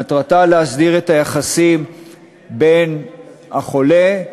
מטרתה להסדיר את היחסים בין החולה,